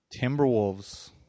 Timberwolves